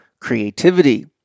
creativity